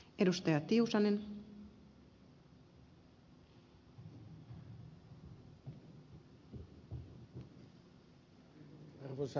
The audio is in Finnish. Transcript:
arvoisa rouva puhemies